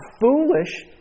foolish